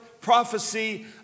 prophecy